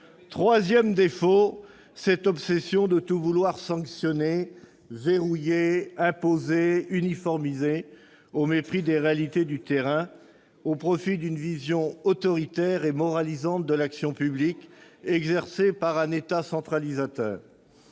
troisième défaut est cette obsession de vouloir tout sanctionner, verrouiller, imposer, uniformiser, au mépris des réalités du terrain, et au profit d'une vision autoritaire et moralisante de l'action publique, exercée par un État centralisateur.